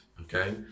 Okay